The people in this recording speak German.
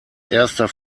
erster